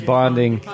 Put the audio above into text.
Bonding